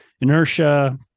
inertia